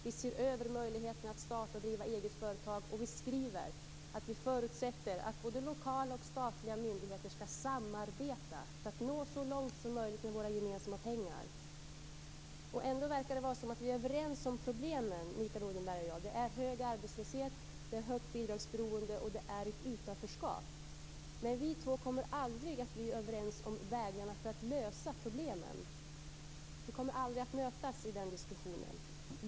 Vi ser över möjligheterna att starta och driva eget företag. Vi skriver också att vi förutsätter att både lokala och statliga myndigheter skall samarbeta för att nå så långt som möjligt med våra gemensamma pengar. Ändå verkar vi vara överens om problemen, Mikael Odenberg och jag. Det är hög arbetslöshet, det är högt bidragsberoende och det är ett utanförskap. Men vi två kommer aldrig att bli överens om vägarna för att lösa problemen. Vi kommer aldrig att mötas i den diskussionen.